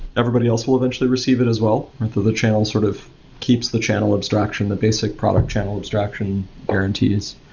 everybody else will eventually receive it as well until the channel sort of keeps the channel abstraction, the basic product channel abstraction guarantees.